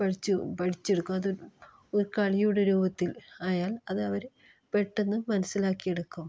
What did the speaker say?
പഠിച്ച് പഠിച്ചെടുക്കും അത് ഒരു കളിയുടെ രൂപത്തിൽ ആയാൽ അത് അവർ പെട്ടന്ന് മനസ്സിലാക്കിയെടുക്കും